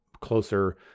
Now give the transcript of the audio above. closer